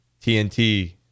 TNT